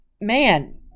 man